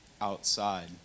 outside